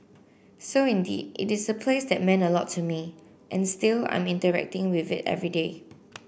so indeed it is a place that meant a lot to me and still I'm interacting with it every day